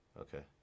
Okay